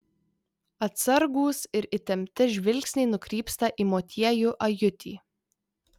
atsargūs ir įtempti žvilgsniai nukrypsta į motiejų ajutį